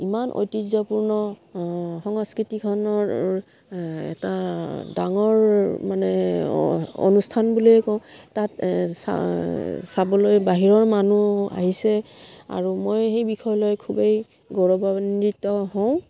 ইমান ঐতিহ্যপূৰ্ণ সংস্কৃতিখনৰ এটা ডাঙৰ মানে অনুষ্ঠান বুলিয়েই কওঁ তাত এই চাবলৈ বাহিৰৰ মানুহ আহিছে আৰু মই সেই বিষয়লৈ খুবেই গৌৰৱান্বিত হওঁ